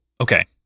okay